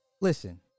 listen